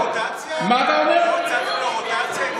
לא הצעתם לו רוטציה?